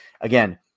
again